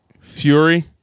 Fury